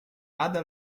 ada